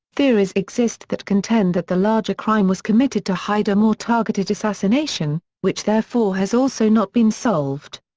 theories exist that contend that the larger crime was committed to hide a more targeted assassination, which therefore has also not been solved.